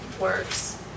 works